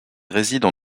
résident